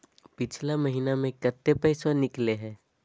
पिछला महिना मे कते पैसबा निकले हैं?